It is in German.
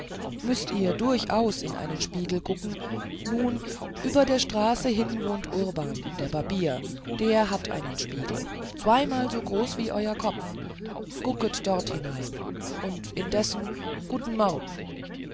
müßt ihr aber durchaus in den spiegel gucken nun über der straße hin wohnt urban der barbier der hat einen spiegel zweimal so groß als euer kopf gucket dort hinein und indessen guten morgen